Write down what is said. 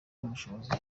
n’ubushobozi